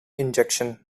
injection